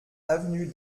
avenue